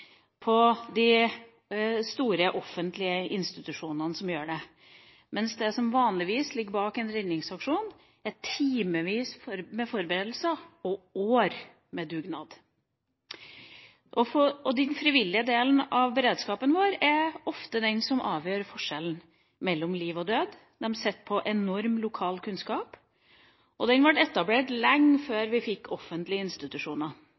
de store offentlige institusjonene som bidrar. Men det som vanligvis ligger bak en redningsaksjon, er timevis med forberedelser og år med dugnad. Den frivillige delen av beredskapen er ofte den som utgjør forskjellen mellom liv og død – man sitter på en enorm lokalkunnskap – og den ble etablert lenge før vi fikk offentlige institusjoner.